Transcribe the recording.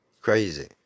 Crazy